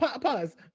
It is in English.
Pause